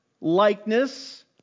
likeness